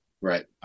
Right